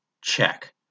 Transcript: Check